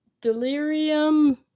Delirium